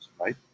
right